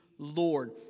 Lord